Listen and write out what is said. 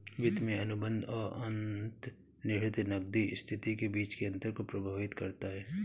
वित्त में अनुबंध और अंतर्निहित नकदी स्थिति के बीच के अंतर को प्रभावित करता है